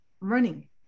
running